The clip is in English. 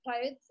clothes